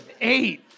eight